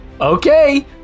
Okay